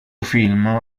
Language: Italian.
film